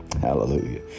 hallelujah